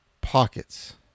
Pockets